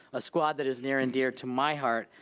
a squad that is near and dear to my heart,